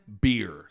beer